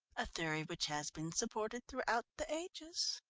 a theory which has been supported throughout the ages.